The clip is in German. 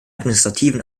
administrativen